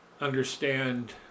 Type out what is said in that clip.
understand